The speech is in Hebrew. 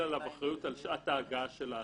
עליו אחריות על שעת ההגעה של ההסעה.